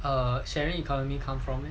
err sharing economy come from